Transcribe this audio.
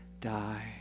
die